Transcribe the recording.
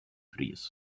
fries